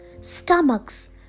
stomachs